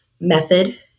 method